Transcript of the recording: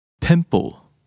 Pimple